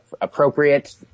appropriate